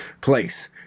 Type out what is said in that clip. place